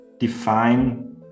define